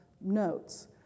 notes